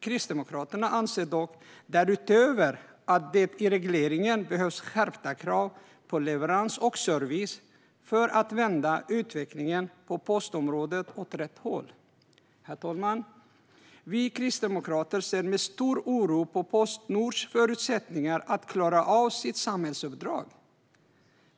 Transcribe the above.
Kristdemokraterna anser därutöver att det i regleringen behövs skärpta krav på leverans och service för att vända utvecklingen på postområdet åt rätt håll. Herr talman! Vi kristdemokrater ser med stor oro på Postnords förutsättningar att klara av sitt samhällsuppdrag.